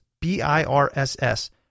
B-I-R-S-S